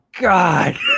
God